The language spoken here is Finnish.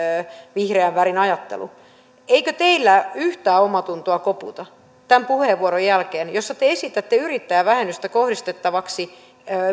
vihreän värin ajattelu eikö teillä yhtään omaatuntoa koputa tämän puheenvuoron jälkeen jossa te esitätte yrittäjävähennystä kohdistettavaksi